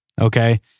okay